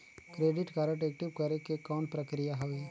Credit card active करे के कौन प्रक्रिया हवे?